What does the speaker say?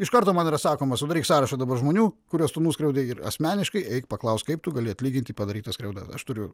iš karto man yra sakoma sudaryk sąrašą dabar žmonių kuriuos tu nuskriaudei ir asmeniškai eik paklausk kaip tu gali atlyginti padarytą skriaudą aš turiu